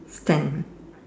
stand